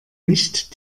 nicht